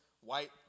white